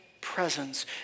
presence